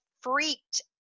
freaked